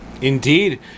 Indeed